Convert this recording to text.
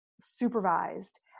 supervised